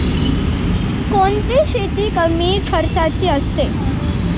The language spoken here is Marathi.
कोणती शेती कमी खर्चाची असते?